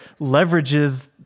leverages